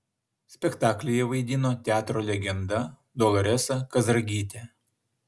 spektaklyje vaidino teatro legenda doloresa kazragytė